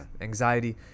anxiety